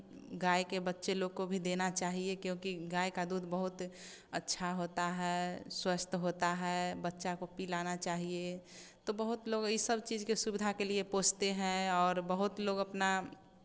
गाय के बच्चे लोग को भी देना चाहिए क्योंकि गाय का दूध बहुत अच्छा होता है स्वस्थ होता है बच्चा को पिलाना चाहिए तो बहुत लोग यह सब चीज़ सुविधा के लिए पोसते हैं और बहुत लोग अपना